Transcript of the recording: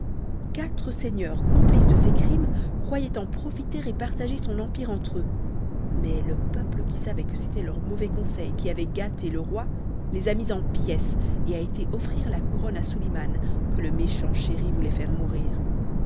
quatre seigneurs complices de ses crimes croyaient en profiter et partager son empire entre eux mais le peuple qui savait que c'étaient leurs mauvais conseils qui avaient gâté le roi les a mis en pièces et a été offrir la couronne à suliman que le méchant chéri voulait faire mourir